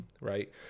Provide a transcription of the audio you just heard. right